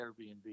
Airbnb